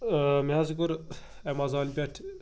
ٲں مےٚ حظ کوٚر ایٚمَزان پٮ۪ٹھ